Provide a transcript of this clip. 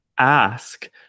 ask